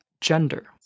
gender